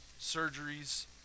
surgeries